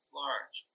large